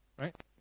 right